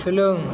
सोलों